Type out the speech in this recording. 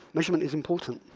measurement is important.